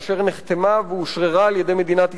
אשר נחתמה ואושררה על-ידי מדינת ישראל,